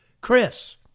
Chris